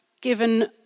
given